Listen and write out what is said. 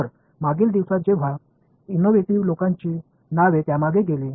तर मागील दिवसात जेव्हा इनोव्हेटिव्ह लोकांची नावे त्यामागे गेली